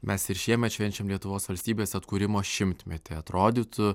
mes ir šiemet švenčiam lietuvos valstybės atkūrimo šimtmetį atrodytų